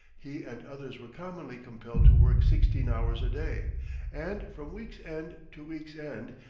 he and others were commonly compelled to work sixteen hours a day and, from week's end to week's end,